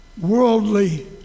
worldly